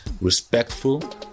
respectful